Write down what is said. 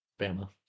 Bama